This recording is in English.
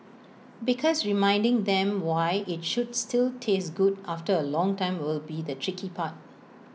because reminding them why IT should still taste good after A long time will be the tricky part